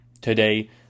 Today